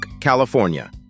California